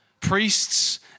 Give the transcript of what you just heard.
priests